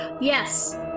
Yes